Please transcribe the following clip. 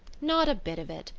not a bit of it,